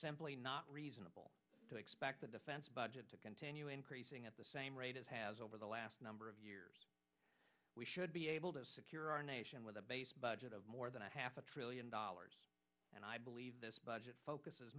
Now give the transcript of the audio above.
simply not reasonable to expect the defense budget to continue increasing at the same rate as has over the last number of years we should be able to secure our nation with a base budget of more than a half a trillion dollars and i believe this budget focuses